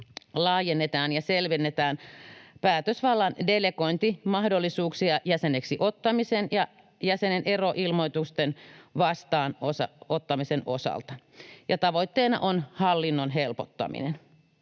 laajennetaan ja selvennetään päätösvallan delegointimahdollisuuksia jäseneksi ottamisen ja jäsenen eroilmoitusten vastaanottamisen osalta, ja tavoitteena on hallinnon helpottaminen.